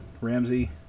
Ramsey –